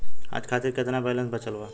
आज खातिर केतना बैलैंस बचल बा?